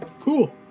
cool